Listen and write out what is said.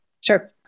Sure